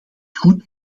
goed